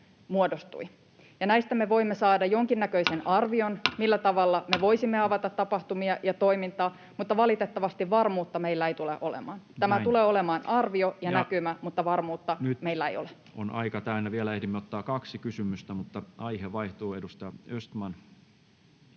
muodostui. Näistä me voimme saada jonkinnäköisen arvion, millä tavalla me voisimme avata tapahtumia ja toimintaa, mutta valitettavasti varmuutta meillä ei tule olemaan. Tämä tulee olemaan arvio ja näkymä, [Puhemies: Nyt on aika täynnä!] mutta varmuutta meillä ei ole. Vielä ehdimme ottaa kaksi kysymystä, mutta aihe vaihtuu. — Edustaja Östman.